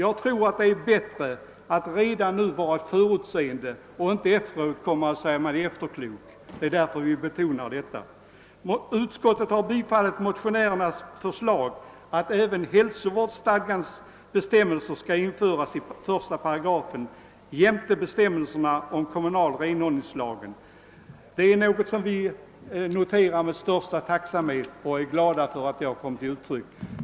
Jag tror att det är bättre att redan nu vara förutseende och inte senare visa sig vara efterklok. Det är därför vi betonar detta. Utskottet har biträtt motionärernas förslag att även hälsovårdsstadgans be stämmelser skall införas i 1 § jämte bestämmelserna om kommunala renhållningslagen. Detta är något som vi noterar med största tacksamhet och är glada för att det kommit till uttryck.